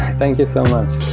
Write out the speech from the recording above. thank you so